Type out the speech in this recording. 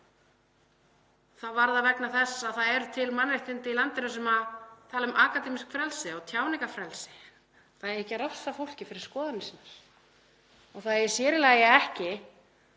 þá var það vegna þess að það eru til mannréttinda í landinu sem tala um akademískt frelsi og tjáningarfrelsi, að það eigi ekki að refsa fólki fyrir skoðanir sínar og það eigi sér í lagi ekki